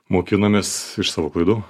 mokinomės iš savo klaidų